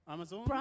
Amazon